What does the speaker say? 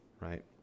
right